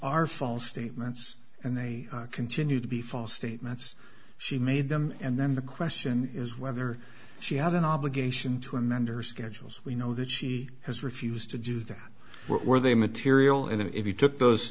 are false statements and they continue to be false statements she made them and then the question is whether she had an obligation to amend or schedules we know that she has refused to do that were they material and if you took those